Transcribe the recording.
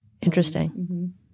Interesting